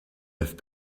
have